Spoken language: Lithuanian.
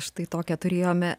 štai tokią turėjome